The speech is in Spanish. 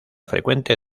frecuente